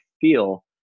feel